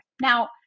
Now